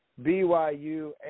BYU